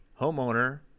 homeowner